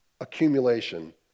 accumulation